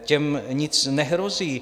Těm nic nehrozí.